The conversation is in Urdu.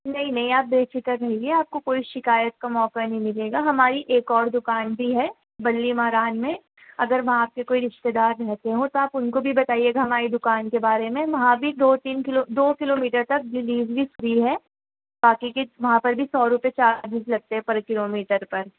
نہیں نہیں آپ بےفکر رہیے آپ کو کوئی شکایت کا موقع ہی نہیں ملے گا ہماری ایک اور دکان بھی ہے بلی ماران میں اگر وہاں آپ کے کوئی رشتہ دار رہتے ہو تو آپ ان کو بھی بتائیے گا ہماری دکان کے بارے میں وہاں بھی دو تین کلو دو کلو میٹر تک ڈلیوری فری ہے باقی کہ وہاں پر بھی سو روپے چارجیز لگتے ہیں پر کلو میٹر پر